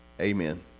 Amen